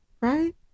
right